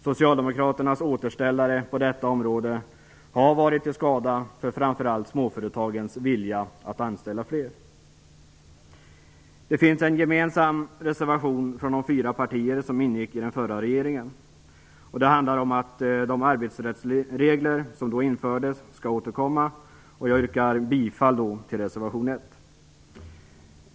Socialdemokraternas återställare på detta område har varit till skada för framför allt småföretagens vilja att anställa fler. Det finns en gemensam reservation från de fyra partier som ingick i den förra regeringen, och den handlar om att de arbetsrättsregler som den införde skall återinföras. Jag yrkar bifall till reservation 1.